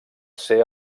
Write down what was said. ser